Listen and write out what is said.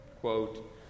Quote